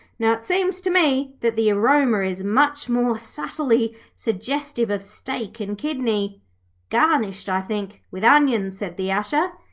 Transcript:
now, it seems to me that the aroma is much more subtly suggestive of steak and kidney garnished, i think, with onions said the usher.